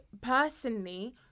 personally